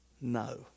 No